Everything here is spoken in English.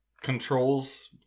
controls